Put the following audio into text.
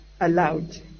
allowed